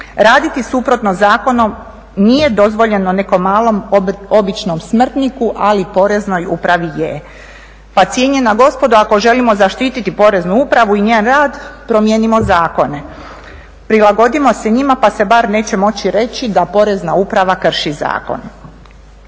raditi suprotno zakonom nije dozvoljeno nekom malom običnom smrtniku ali poreznoj upravi je. Pa cijenjena gospodo ako želimo zaštiti poreznu upravu i njen rad promijenimo zakone, prilagodimo se njima pa se bar neće moći reći da porezna uprava krši zakone.